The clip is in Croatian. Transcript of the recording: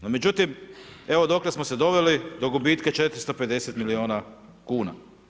No, međutim, evo dokle smo se doveli, do gubitka 450 milijuna kuna.